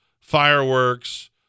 fireworks